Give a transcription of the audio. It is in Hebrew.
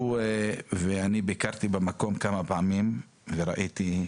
אני ביקרתי במקום כמה פעמים וראיתי,